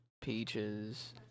peaches